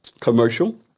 commercial